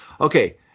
Okay